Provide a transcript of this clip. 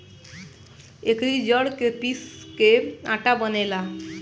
एकरी जड़ के पीस के आटा बनेला